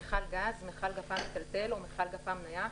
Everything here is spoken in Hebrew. "מכל גז" מכל גפ"מ מיטלטל או מכל גפ"מ נייח,